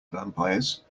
vampires